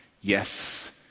yes